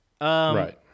Right